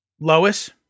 Lois